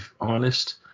honest